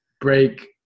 break